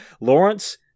Lawrence